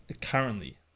currently